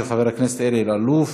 של חבר הכנסת אלי אלאלוף.